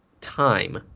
time